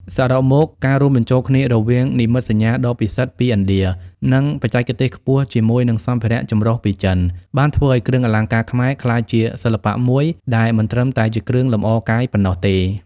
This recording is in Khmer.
សរុបមក ការរួមបញ្ចូលគ្នារវាងនិមិត្តសញ្ញាដ៏ពិសិដ្ឋពីឥណ្ឌា និងបច្ចេកទេសខ្ពស់ជាមួយនឹងសម្ភារៈចម្រុះពីចិន បានធ្វើឱ្យគ្រឿងអលង្ការខ្មែរក្លាយជាសិល្បៈមួយដែលមិនត្រឹមតែជាគ្រឿងលម្អកាយប៉ុណ្ណោះទេ។